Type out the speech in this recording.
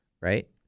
right